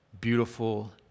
beautiful